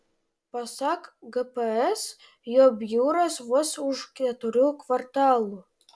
pasak gps jo biuras vos už keturių kvartalų